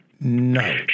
No